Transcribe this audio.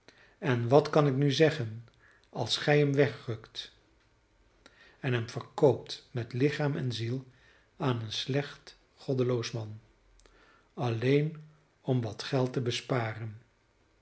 en wat kan ik nu zeggen als gij hem wegrukt en hem verkoopt met lichaam en ziel aan een slecht goddeloos man alleen om wat geld te besparen